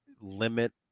limit